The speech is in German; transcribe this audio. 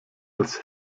als